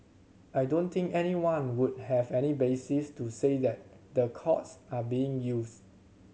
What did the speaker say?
I don't think anyone would have any basis to say that the courts are being used